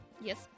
Yes